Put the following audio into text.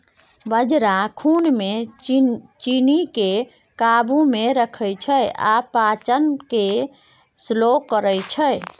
बजरा खुन मे चीन्नीकेँ काबू मे रखै छै आ पाचन केँ स्लो करय छै